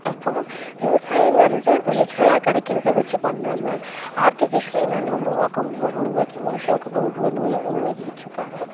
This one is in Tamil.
அப்போ விவசாயங்கிறது நேச்சுரலாக கிடைக்குறத வச்சு பண்ணாமல் ஆர்டிஃபிஷியல்லாக என்னன்ன உருவாக்க முடியுமோ உருவாக்கி மனுஷனுக்கு புது புது நோயும் உருவாக்கிட்டு இருக்காங்க